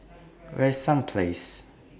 Where IS Summer Place